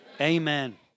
amen